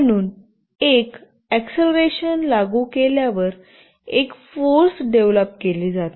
म्हणून एक अक्ससेलरेशन लागू केल्यावर एक फोर्स डेव्हलोप केली जाते